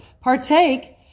Partake